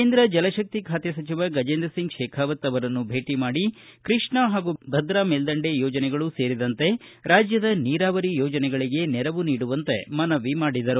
ಕೇಂದ್ರ ಜಲಶಕ್ತಿ ಖಾತೆ ಸಚಿವ ಗಜೇಂದ್ರ ಸಿಂಗ್ ಶೇಖಾವತ್ ಅವರನ್ನು ಭೇಟ ಮಾಡಿ ಕೃಷ್ಣಾ ಹಾಗೂ ಭದ್ರಾ ಮೇಲ್ದಂಡೆ ಯೋಜನೆಗಳು ಸೇರಿದಂತೆ ರಾಜ್ಯದ ನೀರಾವರಿ ಯೋಜನೆಗಳಿಗೆ ನೆರವು ನೀಡುವಂತೆ ಮನವಿ ಮಾಡಿದರು